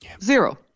zero